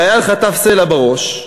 חייל חטף סלע בראש,